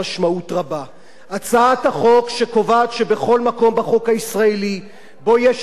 הצעת החוק קובעת שבכל מקום בחוק הישראלי שבו יש איסור הפליה או קיפוח,